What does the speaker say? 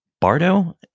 Bardo